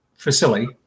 Facility